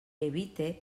evite